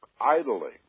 idling